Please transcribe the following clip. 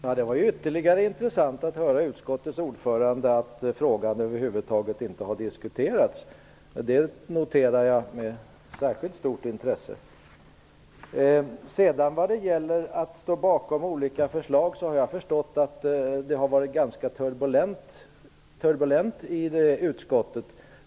Herr talman! Det var intressant att från utskottets ordförande höra att frågan över huvud taget inte har diskuterats. Det noterar jag med särskilt stort intresse. När det gäller att stå bakom olika förslag har det såvitt jag har förstått varit ganska turbulent i utskottet.